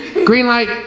green light.